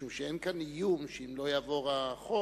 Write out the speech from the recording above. משום שאין כאן איום שאם לא יעבור החוק